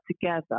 together